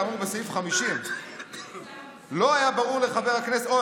כאמור בסעיף 50". "לא היה ברור לחבר הכנסת" אוה,